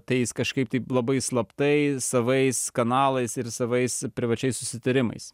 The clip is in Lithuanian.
tai jis kažkaip tai labai slaptai savais kanalais ir savais privačiais susitarimais